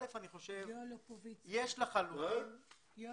אני חייב לומר שאני